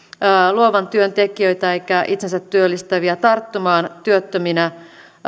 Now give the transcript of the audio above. luovan työn tekijöitä eikä itsensätyöllistäjiä tarttumaan työttöminä